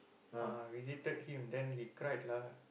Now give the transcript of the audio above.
ah visited him then he cried lah